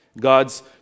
God's